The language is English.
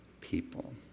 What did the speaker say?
people